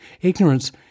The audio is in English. Ignorance